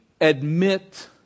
admit